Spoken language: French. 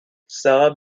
sarah